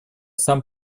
сам